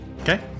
okay